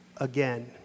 again